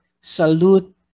Salute